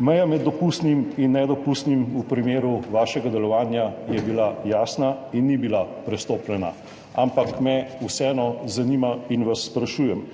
Meja med dopustnim in nedopustnim v primeru vašega delovanja je bila jasna in ni bila prestopljena, ampak me vseeno zanima in vas sprašujem: